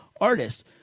artists